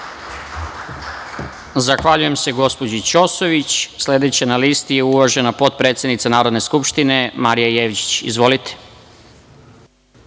Zahvaljujem se gospođi Ćosović. Sledeća na listi je uvažena potpredsednica Narodne skupštine Marija Jevđić. Izvolite.